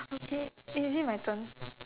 okay is it my turn